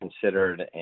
considered